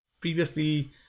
Previously